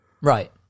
Right